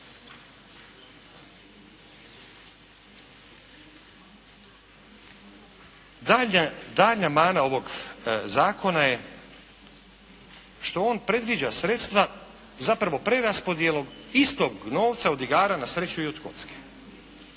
Daljnja mana ovog zakona je što on predviđa sredstva zapravo preraspodjelom istog novca od igara na sreću i od kocke